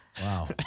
Wow